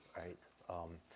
right? um,